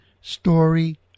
story